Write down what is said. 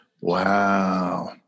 Wow